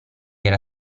era